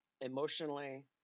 emotionally